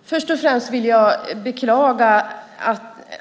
Fru talman! Först och främst vill jag beklaga